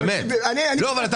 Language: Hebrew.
באמת,